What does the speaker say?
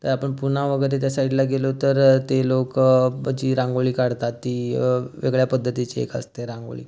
तर आपण पूना वगैरे त्या साईडला गेलो तर ते लोक जी रांगोळी काढतात ती वेगळ्या पद्धतीची एक असते रांगोळी